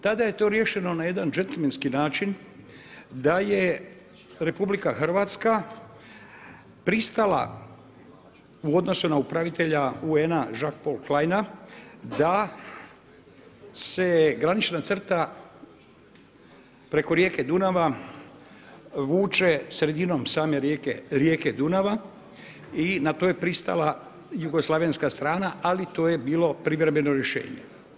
Tada je to riješeno na jedan đentlmenski način, da je RH pristala u odnosu na upravitelja UN-a Jacques Paul Kleina da se granična crta preko rijeke Dunava vuče sredinom same rijeke Dunava i na to je pristala Jugoslavnenska strana, ali to je bilo privremeno rješenje.